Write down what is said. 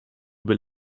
über